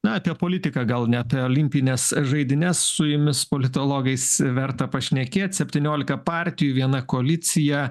na apie politiką gal ne apie olimpines žaidynes su jumis politologais verta pašnekėt septyniolika partijų viena koalicija